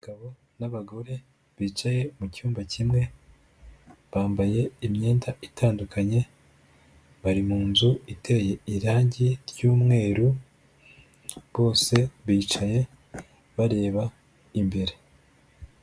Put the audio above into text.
Gabo n'abagore bicaye mu cyumba kimwe, bambaye imyenda itandukanye, bari mu nzu iteye irangi ry'umweru, bose bicaye bareba imbere.